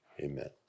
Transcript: amen